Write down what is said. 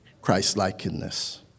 Christ-likeness